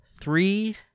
three